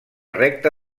recta